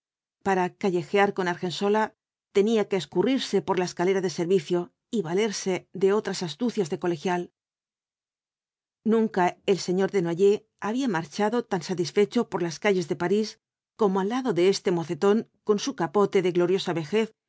para callejear con argensola tenía que escurrirse por la escalera de servicio y valerse de otras astucias de colegial nunca el señor desnoyers había marchado tan satisfecho por las calles de parís como al lado de este mocetón con su capote de gloriosa vejez